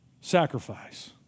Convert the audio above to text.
sacrifice